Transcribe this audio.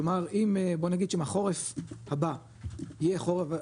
כלומר אם בוא נגיד שאם החורף הבא יהיה חורף,